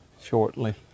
shortly